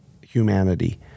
humanity